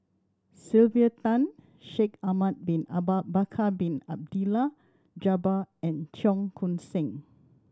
Sylvia Tan Shaikh Ahmad Bin Bakar Bin Abdullah Jabbar and Cheong Koon Seng